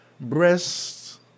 breasts